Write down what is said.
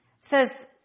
says